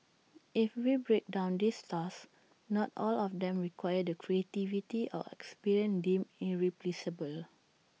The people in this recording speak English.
if we break down these tasks not all of them require the 'creativity' or 'experience' deemed irreplaceable